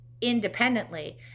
independently